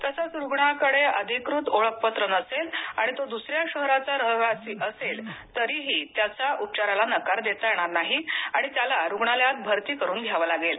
तसंच रुगानाकडे अधिकृत ओळखपत्र नसेल आणि तो दुसऱ्या शहराचा रहिवासी असेल तरी त्याचा उपचाराला नाकार देता येणार नाही आणि त्याला रुग्णालयात भरती करून घ्यावं लागेल